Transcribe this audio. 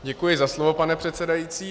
Děkuji za slovo, pane předsedající.